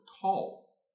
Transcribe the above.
tall